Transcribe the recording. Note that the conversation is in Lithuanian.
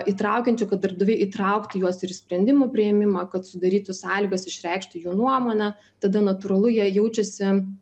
įtraukiančio kad darbdaviai įtrauktų juos ir į sprendimų priėmimą kad sudarytų sąlygas išreikšti jų nuomonę tada natūralu jie jaučiasi